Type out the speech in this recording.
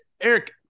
Eric